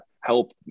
help